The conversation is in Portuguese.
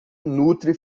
nutre